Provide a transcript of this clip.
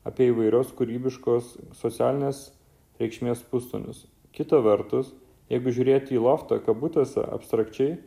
apie įvairios kūrybiškos socialinės reikšmės pustonius kita vertus jeigu žiūrėti į loftą kabutėse abstrakčiai